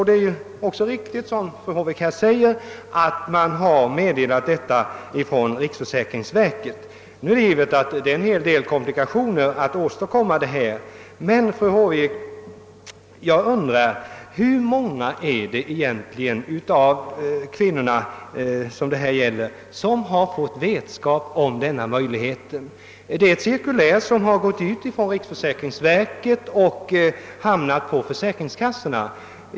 Det är också riktigt att detta meddelats från riksförsäkringsverket. Det blir dock en hel del komplikationer när det gäller att utföra dessa beräkningar, och jag undrar, fru Håvik, hur många av de här berörda kvinnorna som egentligen fått vetskap om denna möjlighet. Ett cirkulär har gått ut från riksförsäkringsverket och hamnat hos försäkringskassorna.